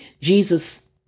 Jesus